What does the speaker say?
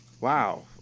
Wow